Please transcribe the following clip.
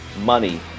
money